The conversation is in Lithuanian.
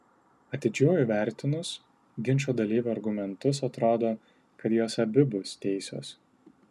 atidžiau įvertinus ginčo dalyvių argumentus atrodo kad jos abi bus teisios